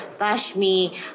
Bashmi